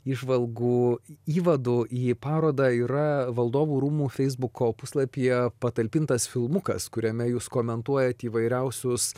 įžvalgų įvadu į parodą yra valdovų rūmų feisbuko puslapyje patalpintas filmukas kuriame jūs komentuojat įvairiausius